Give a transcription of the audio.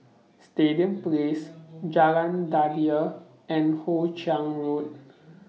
Stadium Place Jalan Daliah and Hoe Chiang Road